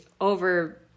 over